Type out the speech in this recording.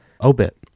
obit